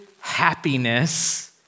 happiness